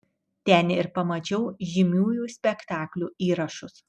ten ir pamačiau žymiųjų spektaklių įrašus